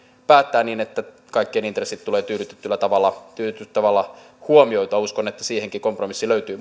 päättää niin että kaikkien intressit tulevat tyydyttävällä tavalla huomioitua uskon että siihenkin kompromissi löytyy